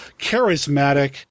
charismatic